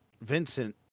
Vincent